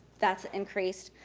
that's increased.